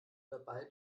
dabei